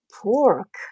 pork